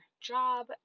job